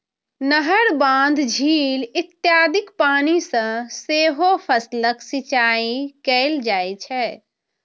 नहर, बांध, झील इत्यादिक पानि सं सेहो फसलक सिंचाइ कैल जाइ छै